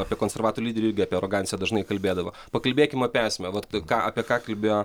apie konservatų lyderį irgi apie aroganciją dažnai kalbėdavo pakalbėkim apie esmę vat ką apie ką kalbėjo